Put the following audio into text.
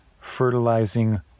fertilizing